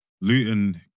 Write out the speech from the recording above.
Luton